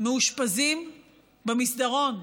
מאושפזים במסדרון,